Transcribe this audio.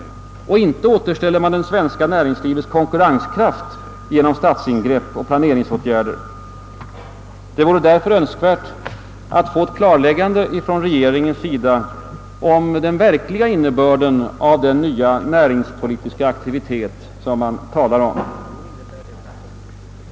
Och inte återställer man det svenska näringslivets konkurrenskraft genom statsingrepp och planeringsåtgärder. Det vore därför önskvärt att snarast möjligt få ett klarläggande från regeringens sida om den verkliga innebörden av den nya näringspolitiska aktiviteten.